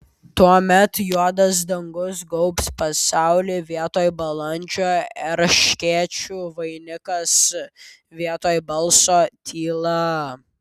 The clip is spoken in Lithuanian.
tuomet juodas dangus gaubs pasaulį vietoj balandžio erškėčių vainikas vietoj balso tyla